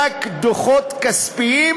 רק דוחות כספיים,